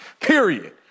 Period